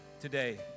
today